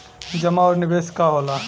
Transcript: जमा और निवेश का होला?